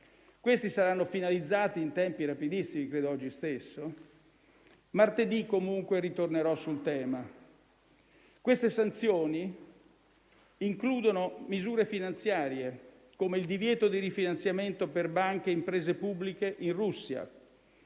Questi saranno finalizzati in tempi rapidissimi (credo oggi stesso), comunque martedì ritornerò sul tema. Queste sanzioni includono misure finanziarie, come il divieto di rifinanziamento per banche e imprese pubbliche in Russia,